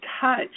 touch